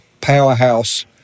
powerhouse